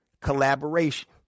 collaboration